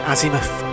Azimuth